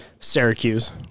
Syracuse